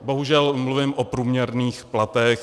Bohužel mluvím o průměrných platech.